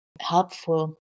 helpful